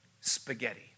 spaghetti